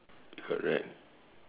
correct